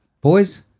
Boys